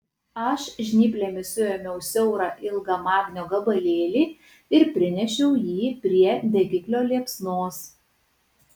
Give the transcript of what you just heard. aš žnyplėmis suėmiau siaurą ilgą magnio gabalėlį ir prinešiau jį prie degiklio liepsnos